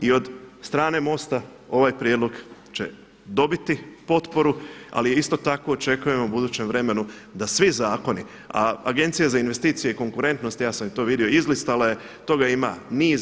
I od strane MOST-a ovaj prijedlog će dobiti potporu, ali isto tako očekujemo u budućem vremenu da svi zakoni, a Agencije za investicije i konkurentnost ja sam i to vidio izlistala je, toga ima niz.